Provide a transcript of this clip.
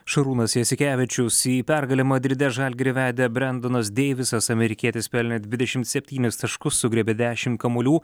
šarūnas jasikevičius į pergalę madride žalgirį vedė brendonas deivisas amerikietis pelnė dvidešim septynis taškus sugriebė dešim kamuolių